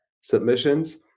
submissions